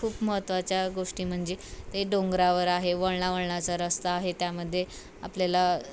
खूप महत्त्वाच्या गोष्टी म्हणजे ते डोंगरावर आहे वळणा वळणाचा रस्ता आहे त्यामध्ये आपल्याला